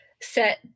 set